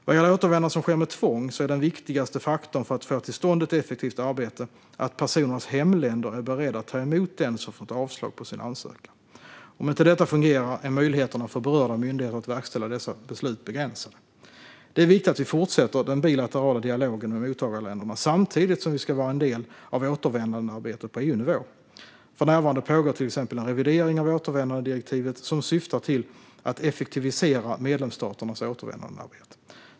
Vad gäller återvändande som sker med tvång är den viktigaste faktorn för att få till stånd ett effektivt arbete att personernas hemländer är beredda att ta emot den som fått avslag på sin ansökan. Om inte detta fungerar är möjligheterna för berörda myndigheter att verkställa dessa beslut begränsade. Det är viktigt att vi fortsätter den bilaterala dialogen med mottagarländerna samtidigt som vi ska vara en del av återvändandearbetet på EU-nivå. För närvarande pågår till exempel en revidering av återvändandedirektivet som syftar till att effektivisera medlemsstaternas återvändandearbete.